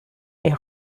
est